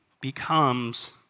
becomes